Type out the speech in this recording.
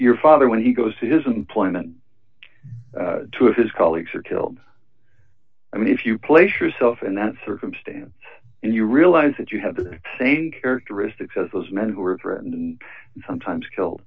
your father when he goes isn't pleasant two of his colleagues are killed i mean if you place yourself in that circumstance and you realize that you have the same characteristics as those men who were threatened sometimes killed